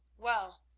well,